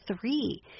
three